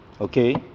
Okay